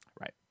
Right